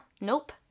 nope